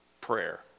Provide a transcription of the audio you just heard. prayer